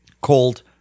called